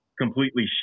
completely